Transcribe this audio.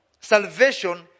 salvation